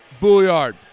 Bouillard